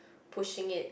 pushing it